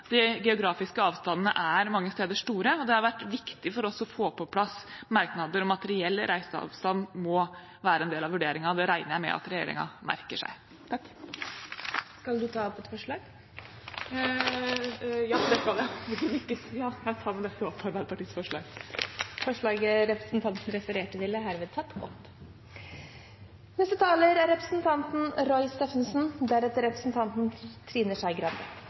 De geografiske avstandene er mange steder store, og det har vært viktig for oss å få på plass merknader om at reell reiseavstand må være en del av vurderingen. Det regner jeg med at regjeringen merker seg. Jeg tar med dette opp Arbeiderpartiets forslag. Representanten Marianne Marthinsen har tatt opp det forslaget hun refererte til. Dette er årets siste dag, og jeg tenker at det som kan sies om budsjettet, er